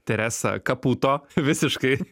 teresa kaputo visiškai